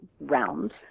round